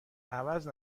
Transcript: عوض